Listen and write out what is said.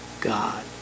God